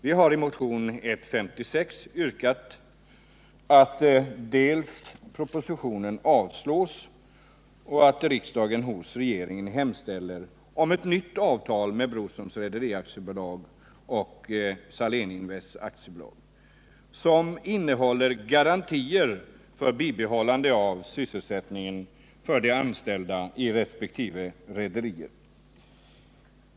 Vi har i motionen 156 yrkat dels att propositionen avslås, dels att riksdagen hos regeringen hemställer om ett nytt avtal med Broströms Rederi AB och Saléninvest AB som innehåller garantier för ett bibehållande av sysselsättningen för de anställda i resp. rederier.